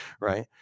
right